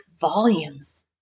volumes